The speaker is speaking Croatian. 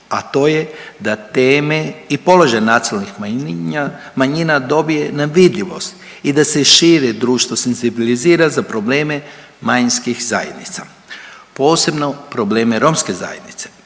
a to je da teme i položaj nacionalnih manjina dobije na vidljivosti i da se šire i društvo senzibilizira za probleme manjinskih zajednica. Posebno probleme romske zajednice